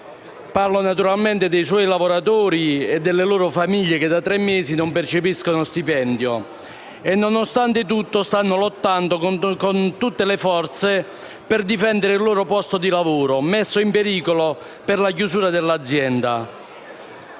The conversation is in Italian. parlo, naturalmente, dei suoi lavoratori e delle loro famiglie che da tre mesi non percepiscono stipendio e, nonostante tutto, stanno lottando con tutte le forze per difendere il loro posto di lavoro messo in pericolo per la chiusura dell'azienda.